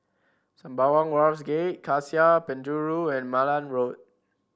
Sembawang Wharves Gate Cassia Penjuru and Malan Road